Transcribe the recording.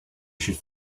should